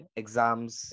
exams